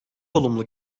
olumlu